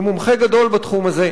שהוא מומחה גדול בתחום הזה,